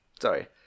Sorry